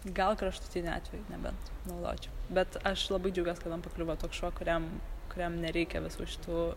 gal kraštutiniu atveju nebent naudočiau bet aš labai džiaugiuos kad man pakliuvo toks šuo kuriam kuriam nereikia visų šitų